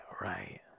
Right